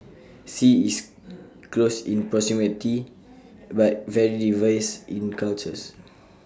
sea is close in proximity but very diverse in cultures